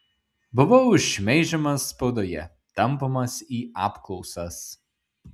buvau šmeižiamas spaudoje tampomas į apklausas